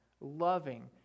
loving